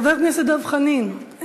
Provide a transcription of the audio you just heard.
חבר הכנסת דב חנין,